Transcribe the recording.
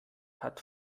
hat